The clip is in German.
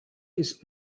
ist